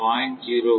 05 0